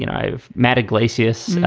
you know i've met iglesias,